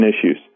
issues